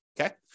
Okay